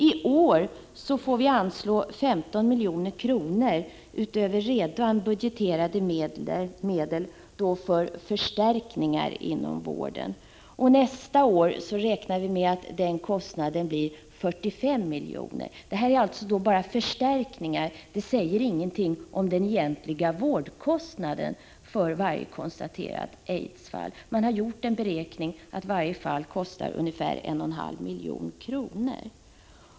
I år får vi anslå 15 milj.kr. utöver redan budgeterade medel till förstärkningar inom vården. Nästa år räknar vi med att den kostnaden blir 45 miljoner. Det är alltså bara förstärkningar och säger ingenting om den egentliga vårdkostnaden för varje konstaterat aidsfall. Man har gjort en beräkning att varje fall kostar ungefär 0,5 milj.kr.